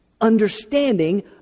understanding